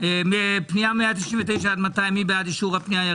פניות מס' 199 200, מי בעד אישור הפניות?